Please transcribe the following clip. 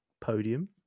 podium